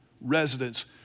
residents